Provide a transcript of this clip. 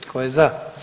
Tko je za?